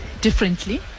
differently